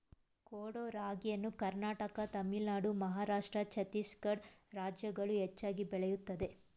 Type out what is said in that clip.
ಕೊಡೋ ರಾಗಿಯನ್ನು ಕರ್ನಾಟಕ ತಮಿಳುನಾಡು ಮಹಾರಾಷ್ಟ್ರ ಛತ್ತೀಸ್ಗಡ ರಾಜ್ಯಗಳು ಹೆಚ್ಚಾಗಿ ಬೆಳೆಯುತ್ತದೆ